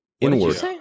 inward